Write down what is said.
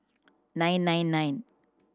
nine nine nine